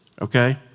okay